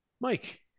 Mike